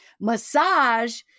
Massage